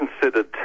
considered